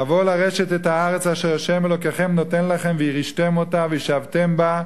לבוא לרשת את הארץ אשר ה' אלוקיכם נותן לכם וירשתם אותה וישבתם בה.